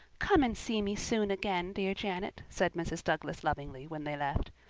come and see me soon again, dear janet, said mrs. douglas lovingly, when they left.